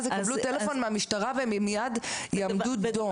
יקבלו טלפון מהמשטרה והם מיד יעמדו דום.